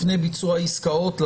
לפני ביצוע העסקאות,